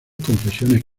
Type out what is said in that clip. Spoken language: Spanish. confesiones